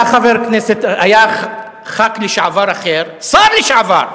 היה חבר לשעבר אחר, שר לשעבר,